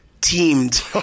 teamed